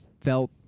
felt